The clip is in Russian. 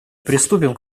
приступим